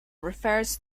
refers